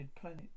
planet